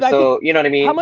so you know what i mean? um